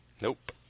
Nope